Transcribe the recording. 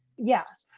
yeah.